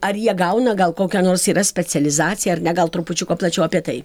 ar jie gauna gal kokią nors yra specializacija ar ne gal trupučiuką plačiau apie tai